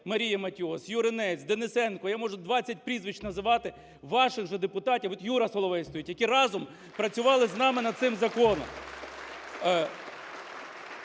Марія Матіос, Юринець, Денисенко, я можу 20 прізвищ називати ваших же депутатів, вот, Юра Соловей стоїть, які разом працювали з нами над цим законом.